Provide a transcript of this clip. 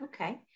Okay